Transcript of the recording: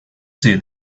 see